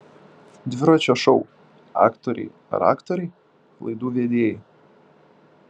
dviračio šou aktoriai ar aktoriai laidų vedėjai